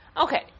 okay